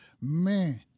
Man